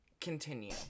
continue